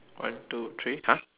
one two three !huh!